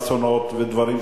אסונות ודברים,